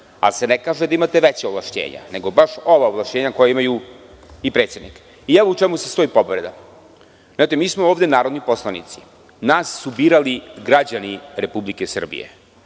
se ne kaže da imate veća ovlašćenja, nego baš ova ovlašćenja koja ima i predsednik. Evo u čemu se sastoji povreda. Mi smo ovde narodni poslanici, nas su birali građani Republike Srbije,